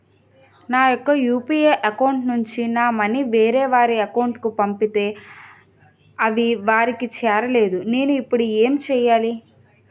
నా యెక్క UPI account నుంచి నా మనీ వేరే వారి అకౌంట్ కు పంపితే అవి వారికి చేరలేదు నేను ఇప్పుడు ఎమ్ చేయాలి?